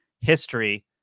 history